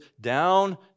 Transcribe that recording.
down